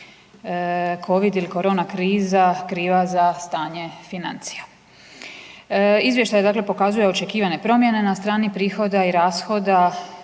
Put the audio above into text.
covid ili korona kriza kriva za stanje financija. Izvještaj dakle pokazuje očekivane promjene na strani prihoda i rashoda,